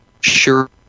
Sure